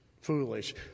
foolish